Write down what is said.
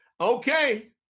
Okay